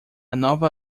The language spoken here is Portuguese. nova